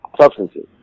Substances